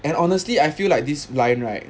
and honestly I feel like this line right